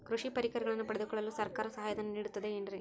ಕೃಷಿ ಪರಿಕರಗಳನ್ನು ಪಡೆದುಕೊಳ್ಳಲು ಸರ್ಕಾರ ಸಹಾಯಧನ ನೇಡುತ್ತದೆ ಏನ್ರಿ?